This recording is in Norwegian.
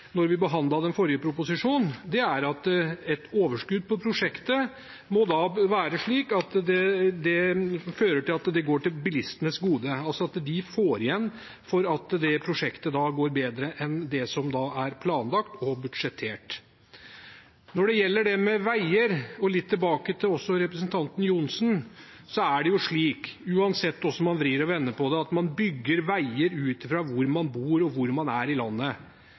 Når det gjelder veier – litt tilbake til representanten Johnsen – er det slik, uansett hvordan man vrir og vender på det, at man bygger veier ut fra hvor man bor, og hvor man er i landet.